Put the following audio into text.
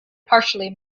partially